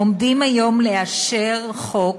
עומדים היום לאשר חוק